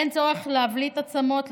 אין צורך להבליט עצמות,